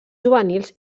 juvenils